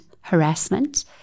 harassment